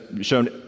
shown